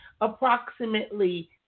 approximately